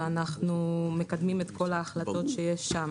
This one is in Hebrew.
ואנחנו מקדמים את כל ההחלטות שיש שם.